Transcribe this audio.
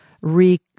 re